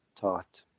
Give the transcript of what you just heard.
taught